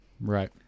Right